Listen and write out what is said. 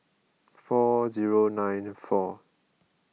four zero nine four